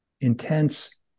intense